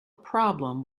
problem